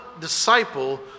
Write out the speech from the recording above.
disciple